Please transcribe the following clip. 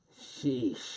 Sheesh